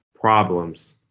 problems